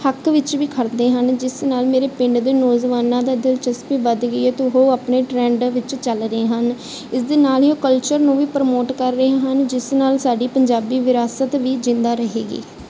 ਹੱਕ ਵਿੱਚ ਵੀ ਖੜ੍ਹਦੇ ਹਨ ਜਿਸ ਨਾਲ ਮੇਰੇ ਪਿੰਡ ਦੇ ਨੌਜਵਾਨਾਂ ਦੀ ਦਿਲਚਸਪੀ ਵੱਧ ਗਈ ਹੈ ਅਤੇ ਉਹ ਆਪਣੇ ਟਰੈਂਡ ਵਿੱਚ ਚੱਲ ਰਹੇ ਹਨ ਇਸ ਦੇ ਨਾਲ ਹੀ ਉਹ ਕਲਚਰ ਨੂੰ ਵੀ ਪ੍ਰਮੋਟ ਕਰ ਰਹੇ ਹਨ ਜਿਸ ਨਾਲ ਸਾਡੀ ਪੰਜਾਬੀ ਵਿਰਾਸਤ ਵੀ ਜਿੰਦਾ ਰਹੇਗੀ